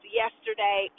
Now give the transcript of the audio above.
yesterday